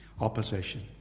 Opposition